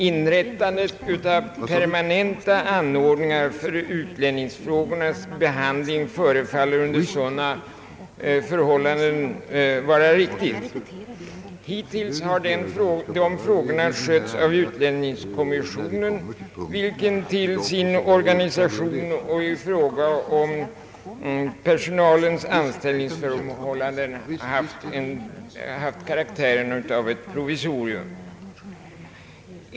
Inrättandet av permanenta anordningar för utlänningsfrågornas behandling förefaller under sådana förhållanden vara riktigt. Hittills har dessa frågor skötts av utlänningskommissionen vilken till sin organisation och i fråga om personalens anställningsförhållanden haft karaktären av ett provisorium.